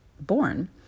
born